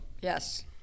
Yes